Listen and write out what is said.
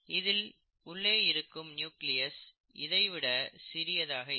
இதில் உள்ளே இருக்கும் நியூக்ளியஸ் இதை விட சிறிதாக இருக்கும்